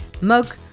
mug